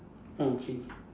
okay